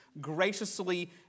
graciously